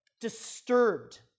disturbed